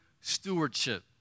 stewardship